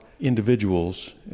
individuals